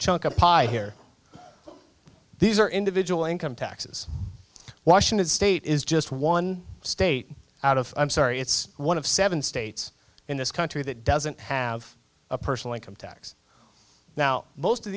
chunk of pie here these are individual income taxes washington state is just one state out of i'm sorry it's one of seven states in this country that doesn't have a personal income tax now most of